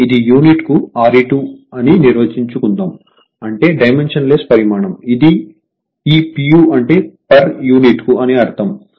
అంటే ఇది యూనిట్కు Re2 అని నిర్వచించుకుందాం అంటే డైమెన్షన్ లెస్ పరిమాణం ఈ pu అంటే పర్ యూనిట్కు అని అర్ధం